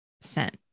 sent